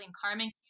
Carmen